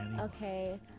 Okay